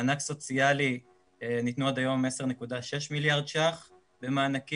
מענק סוציאלי ניתנו עד היום 10.6 מיליארד ₪ במענקים,